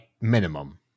minimum